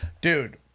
Dude